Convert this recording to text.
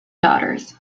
daughters